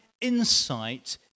insight